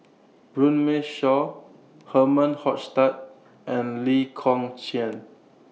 Runme Shaw Herman Hochstadt and Lee Kong Chian